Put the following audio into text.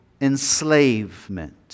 enslavement